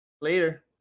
Later